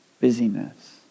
busyness